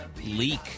leak